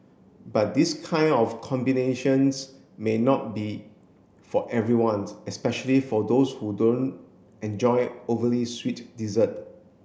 but this kind of combinations may not be for everyone especially for those who don't enjoy overly sweet dessert